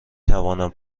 توانم